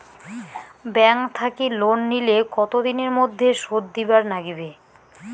Bank থাকি loan নিলে কতো দিনের মধ্যে শোধ দিবার নাগিবে?